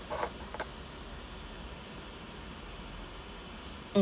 mm